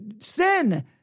Sin